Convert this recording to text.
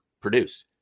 produced